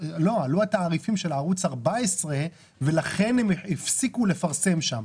עלו התעריפים של ערוץ 14 ולכן הם הפסיקו לפרסם שם.